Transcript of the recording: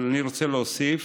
אבל אני רוצה להוסיף